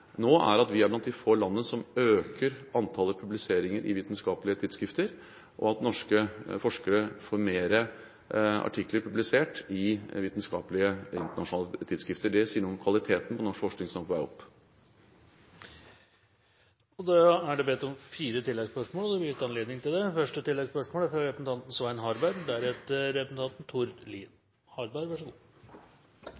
nå er at vi er blant de få landene som øker antallet publiseringer i vitenskapelige tidsskrifter, og at norske forskere får mer artikler publisert i vitenskapelige, internasjonale tidsskrifter. Det sier noe om kvaliteten på norsk forskning, som er på vei opp. Det er bedt om fire oppfølgingsspørsmål, og det blir gitt anledning til det